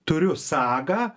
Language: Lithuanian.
turiu sagą